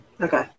Okay